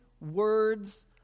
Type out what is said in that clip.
words